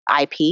IP